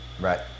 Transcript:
Right